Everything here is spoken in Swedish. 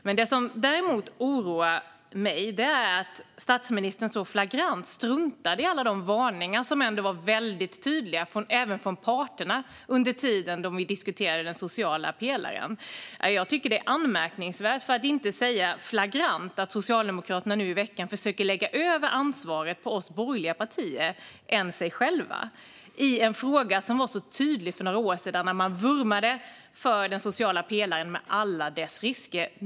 Men det som däremot oroar mig är att statsministern så flagrant struntade i alla de varningar som var tydliga, även från parterna, medan vi diskuterade den sociala pelaren. Jag tycker att det är anmärkningsvärt, för att inte säga flagrant, att Socialdemokraterna nu i veckan försöker lägga över ansvaret på oss borgerliga partier i stället. För några år sedan vurmade Socialdemokraterna för den sociala pelaren med alla dess risker.